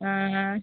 ಹಾಂ